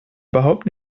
überhaupt